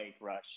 rush